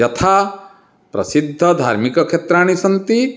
यथा प्रसिद्धधार्मिकक्षेत्राणि सन्ति